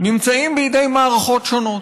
נמצאים בידי מערכות שונות,